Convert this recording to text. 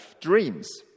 dreams